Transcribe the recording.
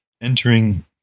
entering